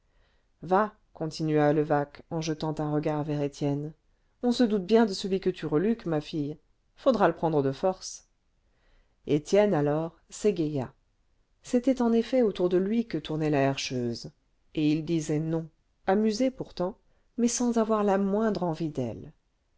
va continua levaque en jetant un regard vers étienne on se doute bien de celui que tu reluques ma fille faudra le prendre de force étienne alors s'égaya c'était en effet autour de lui que tournait la herscheuse et il disait non amusé pourtant mais sans avoir la moindre envie d'elle